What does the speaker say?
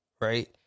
right